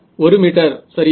1 metre சரியா